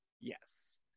Yes